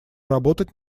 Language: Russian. работать